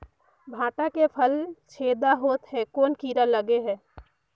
भांटा के फल छेदा होत हे कौन कीरा लगे हे?